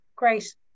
Great